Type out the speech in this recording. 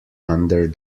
under